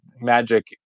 magic